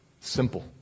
Simple